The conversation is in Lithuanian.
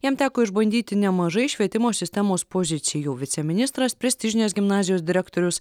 jam teko išbandyti nemažai švietimo sistemos pozicijų viceministras prestižinės gimnazijos direktorius